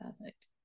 Perfect